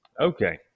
Okay